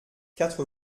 quatre